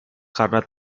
karena